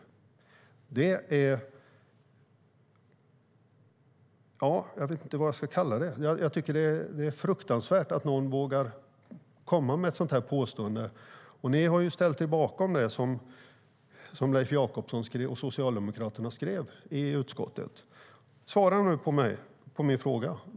Jag tycker att det är fruktansvärt att någon vågar komma med ett sådant påstående. Ni har ställt er bakom det som Leif Jakobsson och Socialdemokraterna skrev i utskottet. Svara nu på min fråga!